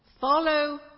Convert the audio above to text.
Follow